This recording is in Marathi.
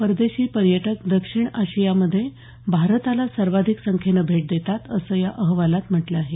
परदेशी पर्यटक दक्षिण आशियामध्ये भारताला सर्वाधिक संख्येनं भेट देतात असं या अहवालात म्हटलं आहे